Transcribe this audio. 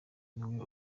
niwe